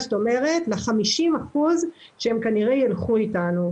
כלומר ל-50% שכנראה ילכו איתנו.